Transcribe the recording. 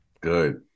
Good